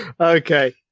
Okay